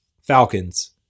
Falcons